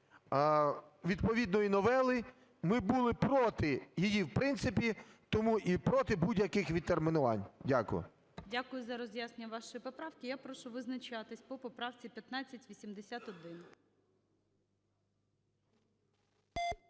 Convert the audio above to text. відповідної новели. Ми були проти її в принципі, тому і проти будь-яких відтермінувань. Дякую. ГОЛОВУЮЧИЙ. Дякую за роз'яснення вашої поправки. Я прошу визначатися по поправці 1581.